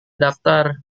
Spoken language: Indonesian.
daftar